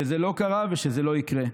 שזה לא קרה ושזה לא יקרה,